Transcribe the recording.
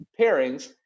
pairings